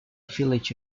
village